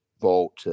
vote